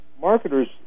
marketers